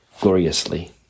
gloriously